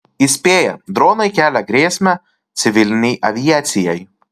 įspėja dronai kelia grėsmę civilinei aviacijai